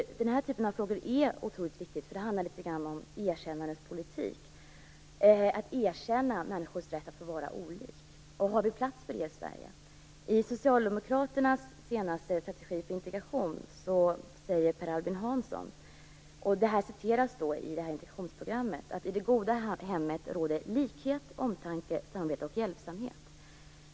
Den här typen av frågor är otroligt viktiga. Det handlar nämligen litet grand om en erkännandets politik, att erkänna människors rätt att få vara olika och om det finns plats för det i Sverige. I Socialdemokraternas senaste strategi för integration citeras Per Albin Hansson: I det goda hemmet råder likhet, omtanke, samvete och hjälpsamhet.